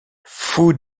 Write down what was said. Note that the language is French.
fou